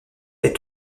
est